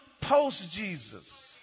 post-Jesus